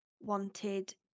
wanted